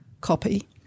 copy